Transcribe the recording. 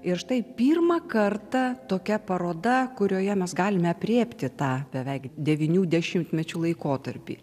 ir štai pirmą kartą tokia paroda kurioje mes galime aprėpti tą beveik devynių dešimtmečių laikotarpį